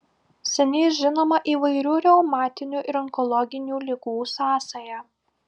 seniai žinoma įvairių reumatinių ir onkologinių ligų sąsaja